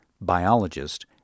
biologist